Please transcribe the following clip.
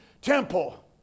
temple